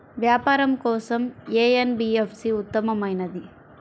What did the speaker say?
వ్యాపారం కోసం ఏ ఎన్.బీ.ఎఫ్.సి ఉత్తమమైనది?